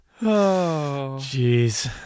Jeez